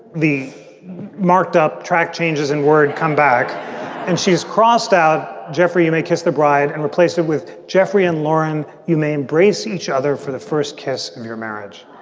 the marked up track changes in word comeback and she's crossed out. jeffrey, you may kiss the bride and replace it with jeffrey and lauren. you may embrace each other for the first kiss in your marriage